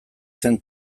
zen